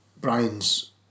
Brian's